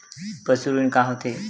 पशु ऋण का होथे?